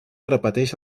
repeteix